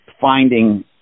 finding